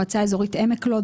מועצה אזורית עמק לוד,